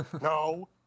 No